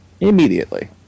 Immediately